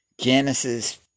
Genesis